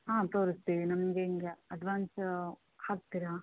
ಹಾಂ ತೋರುಸ್ತೀವಿ ನಮ್ದು ಹೆಂಗ ಅಡ್ವಾನ್ಸ ಹಾಕ್ತೀರಾ